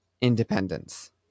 independence